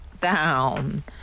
down